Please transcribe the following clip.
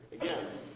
again